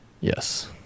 Yes